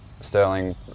Sterling